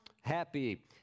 Happy